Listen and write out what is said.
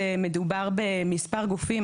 שמדובר במספר גופים,